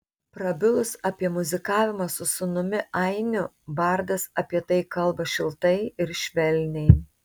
prabilus apie muzikavimą su sūnumi ainiu bardas apie tai kalba šiltai ir švelniai